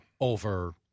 over